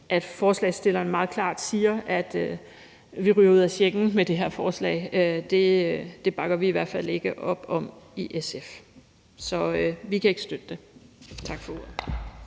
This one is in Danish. at forslagsstilleren meget klart siger, at vi ryger ud af Schengen med det her forslag, og det bakker vi i hvert fald ikke op om i SF, kan vi ikke støtte det. Tak for ordet.